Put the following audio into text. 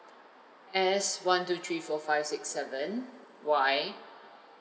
S one two three four five six seven Y